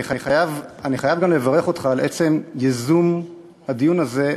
ואני חייב גם לברך אותך על עצם ייזום הדיון הזה,